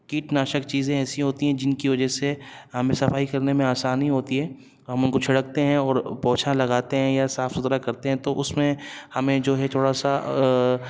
Kate ناشک چیزیں ایسی ہوتی ہیں جن کی وجہ سے ہمیں صفائی کرنے میں آسانی ہوتی ہے ہم ان کو چھڑکتے ہیں اور پوچھا لگاتے ہیں یا صاف ستھرا کرتے ہیں تو اس میں ہمیں جو ہے تھوڑا سا